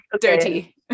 dirty